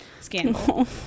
scandal